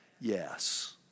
Yes